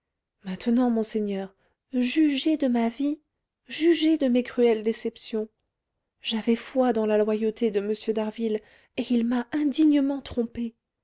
maintenant monseigneur jugez de ma vie jugez de mes cruelles déceptions j'avais foi dans la loyauté de m d'harville et il m'a indignement trompée